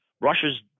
Russia's